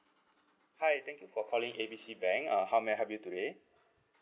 hi thank you for calling A B C bank uh how may I help you today